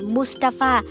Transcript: Mustafa